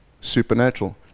supernatural